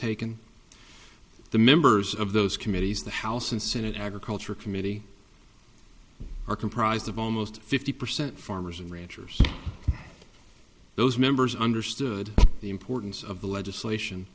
taken the members of those committees the house and senate agriculture committee are comprised of almost fifty percent farmers and ranchers those members understood the importance of the legislation